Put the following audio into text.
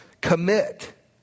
commit